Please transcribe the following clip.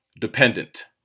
dependent